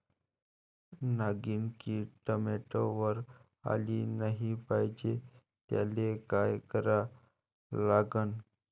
नागिन किड टमाट्यावर आली नाही पाहिजे त्याले काय करा लागन?